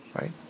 Right